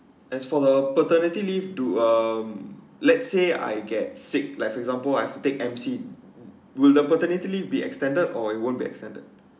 as for the paternity leave do um let's say I get sick like example I've take emcee will the paternity be leave extended or it won't be extended